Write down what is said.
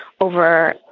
over